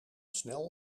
snel